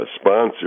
sponsor